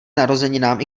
narozeninám